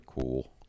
cool